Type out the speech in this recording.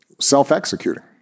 self-executing